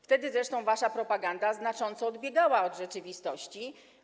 Wtedy zresztą wasza propaganda znacząco odbiegała od rzeczywistości.